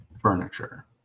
furniture